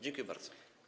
Dziękuję bardzo.